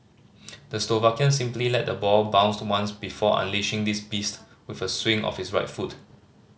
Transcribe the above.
the Slovakian simply let the ball bounced once before unleashing this beast with a swing of his right foot